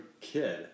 kid